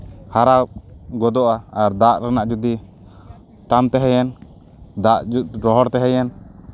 ᱦᱟᱨᱟ ᱜᱚᱫᱚᱜᱼᱟ ᱟᱨ ᱫᱟᱜ ᱨᱮᱱᱟᱜ ᱡᱩᱫᱤ ᱴᱟᱱ ᱛᱟᱦᱮᱭᱮᱱ ᱫᱟᱜ ᱨᱚᱦᱚᱲ ᱛᱟᱦᱮᱸᱭᱮᱱ